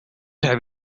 have